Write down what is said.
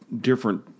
different